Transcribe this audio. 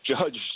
judge